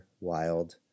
Wild